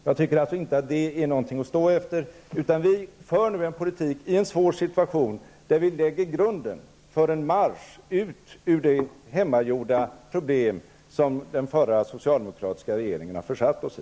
Jag tycker alltså inte att det är någonting att stå efter. Vi för nu i en svår ekonomisk situation en politik som lägger grunden för en marsch ut ur de hemmagjorda problem som den förra socialdemokratiska regeringen har försatt oss i.